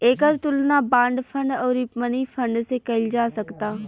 एकर तुलना bond fund अउरी money fund से कईल जा सकता